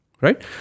Right